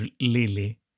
lily